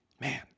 Man